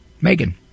Megan